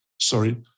sorry